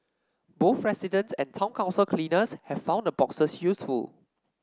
both residents and town council cleaners have found the boxes useful